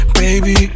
baby